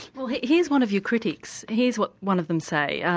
well here's one of your critics, here's what one of them say.